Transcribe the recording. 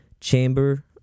chamber